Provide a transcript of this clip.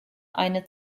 eine